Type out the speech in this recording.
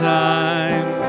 time